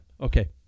Okay